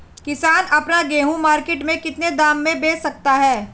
किसान अपना गेहूँ मार्केट में कितने दाम में बेच सकता है?